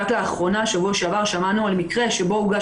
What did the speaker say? רק בשבוע שעבר שמענו על מקרה שבו הוגש